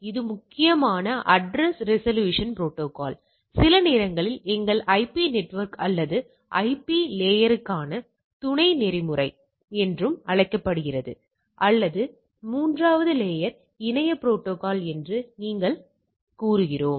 இது முக்கியமானது address resolution protocol சில நேரங்களில் எங்கள் ஐபி நெட்வொர்க் அல்லது ஐபி லேயருக்கான துணை நெறிமுறை என்றும் அழைக்கப்படுகிறது அல்லது 3 வது லேயர் இணைய புரோட்டோகால் என்று நாங்கள் கூறுகிறோம்